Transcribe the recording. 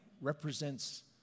represents